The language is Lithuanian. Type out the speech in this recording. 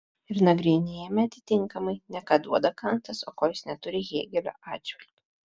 ir nagrinėjame atitinkamai ne ką duoda kantas o ko jis neturi hėgelio atžvilgiu